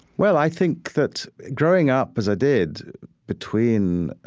well, i think that growing up as i did between,